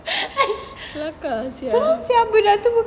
kelakar sia